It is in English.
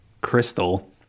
Crystal